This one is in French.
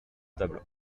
tables